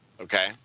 Okay